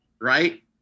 right